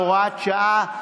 הוראת שעה),